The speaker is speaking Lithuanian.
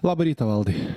labą rytą valdai